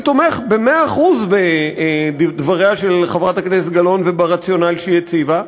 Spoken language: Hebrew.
אני תומך במאה אחוז בדבריה של חברת הכנסת גלאון וברציונל שהיא הציבה,